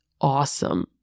awesome